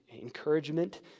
encouragement